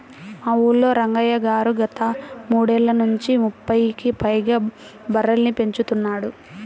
మా ఊల్లో రంగయ్య గారు గత మూడేళ్ళ నుంచి ముప్పైకి పైగా బర్రెలని పెంచుతున్నాడు